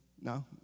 no